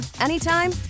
anytime